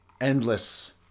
Endless